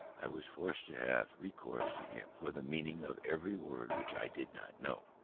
i was forced to have recourse to him for the meaning of every word which i did not know.